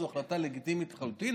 זאת החלטה לגיטימית לחלוטין,